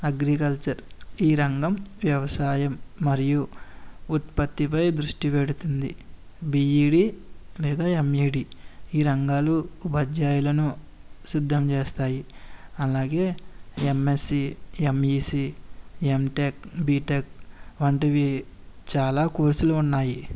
agriculture ఈ రంగం వ్యవసాయం మరియు ఉత్పత్తిపై దృష్టి పెడుతుంది బీఈడీ లేదా ఎంఈడీ ఈ రంగాలు ఉపాధ్యాయులను సిద్ధం చేస్తాయి అలాగే ఎంఎస్సీ ఎంఈసీ ఎంటెక్ బిటెక్ వంటి చాలా కోర్సులు ఉన్నాయి